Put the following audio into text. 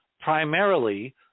primarily